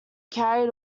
carried